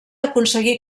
aconseguí